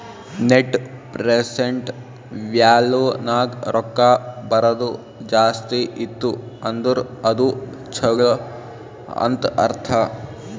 net present value ನಾಗ್ ರೊಕ್ಕಾ ಬರದು ಜಾಸ್ತಿ ಇತ್ತು ಅಂದುರ್ ಅದು ಛಲೋ ಅಂತ್ ಅರ್ಥ